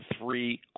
three